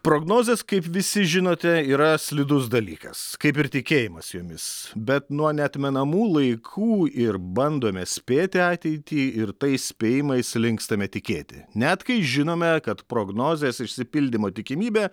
prognozės kaip visi žinote yra slidus dalykas kaip ir tikėjimas jomis bet nuo neatmenamų laikų ir bandome spėti ateitį ir tais spėjimais linkstame tikėti net kai žinome kad prognozės išsipildymo tikimybė